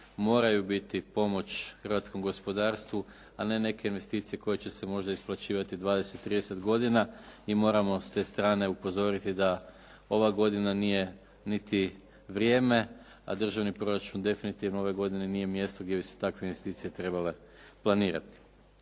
moraju biti pomoć hrvatskom gospodarstvu a ne neke investicije koje će se možda isplaćivati dvadeset, trideset godina i moramo s te strane upozoriti da ova godina nije niti vrijeme a državni proračun definitivno ove godine nije mjesto gdje bi se takve investicije trebale planirati.